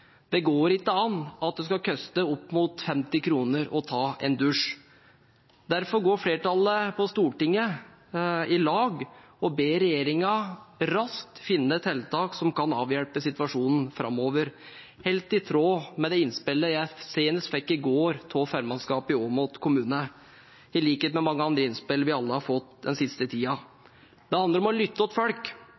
Det går ikke an at det skal koste opp mot 50 kr å ta en dusj. Derfor går flertallet på Stortinget i lag og ber regjeringen raskt finne tiltak som kan avhjelpe situasjonen framover, helt i tråd med det innspillet jeg senest i går fikk av formannskapet i Åmot kommune – i likhet med mange andre innspill vi alle har fått den siste tiden. Det handler om å lytte til folk.